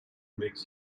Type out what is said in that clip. makes